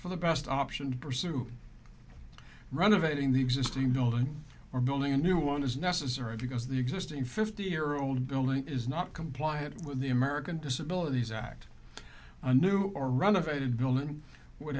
for the best option pursue renovating the existing building or building a new one is necessary because the existing fifty year old building is not compliant with the american disabilities act a new or run of a bill and would